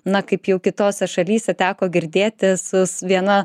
na kaip jau kitose šalyse teko girdėti sus viena